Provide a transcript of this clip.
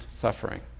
suffering